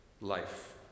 life